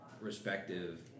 respective